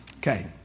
Okay